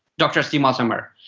dr sima samar.